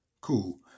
cool